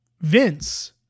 Vince